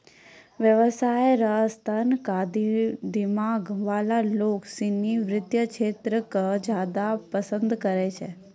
व्यवसाय र स्तर क दिमाग वाला लोग सिनी वित्त क्षेत्र क ज्यादा पसंद करै छै